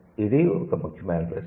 ఇది ఒక ముఖ్యమైన ప్రశ్న